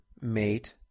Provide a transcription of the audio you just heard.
mate